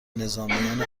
نظامیان